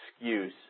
excuse